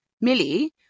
Millie